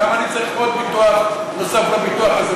למה אני צריך עוד ביטוח נוסף על הביטוח הזה?